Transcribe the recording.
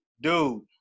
Dude